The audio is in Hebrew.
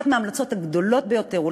אחת מההמלצות הגדולות ביותר,